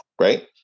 Right